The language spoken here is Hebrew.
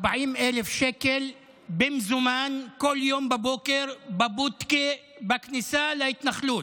40,000 שקל במזומן כל יום בבוקר בבודקה בכניסה להתנחלות.